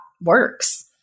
works